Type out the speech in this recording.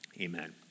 Amen